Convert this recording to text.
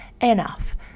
enough